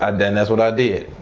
and and that's what i did.